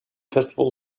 festival